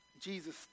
Jesus